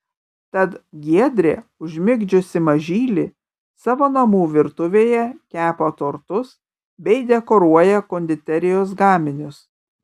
tad giedrė užmigdžiusi mažylį savo namų virtuvėje kepa tortus bei dekoruoja konditerijos gaminius